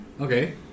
Okay